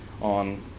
on